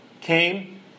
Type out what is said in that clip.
came